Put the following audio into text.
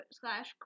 slash